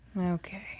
Okay